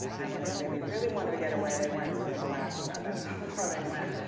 and when they really, really wanted to get away, they went to alaska. that's how far they went.